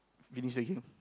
finish the game